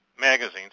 magazines